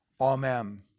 Amen